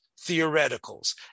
theoreticals